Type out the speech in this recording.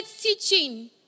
teaching